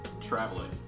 traveling